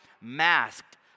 masked